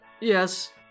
yes